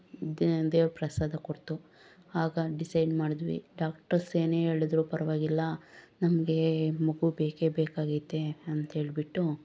ದೇವ್ರು ಪ್ರಸಾದ ಕೊಟ್ತು ಆಗ ಡಿಸೈಡ್ ಮಾಡಿದ್ವಿ ಡಾಕ್ಟರ್ಸ್ ಏನೇ ಹೇಳಿದ್ರು ಪರವಾಗಿಲ್ಲ ನಮಗೆ ಮಗು ಬೇಕೇ ಬೇಕಾಗೈತೆ ಅಂತ ಹೇಳ್ಬಿಟ್ಟು